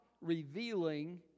revealing